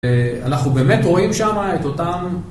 אנחנו באמת רואים שם את אותם...